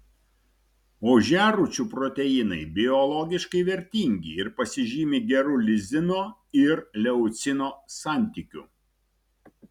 ožiarūčių proteinai biologiškai vertingi ir pasižymi geru lizino ir leucino santykiu